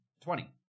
twenty